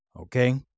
okay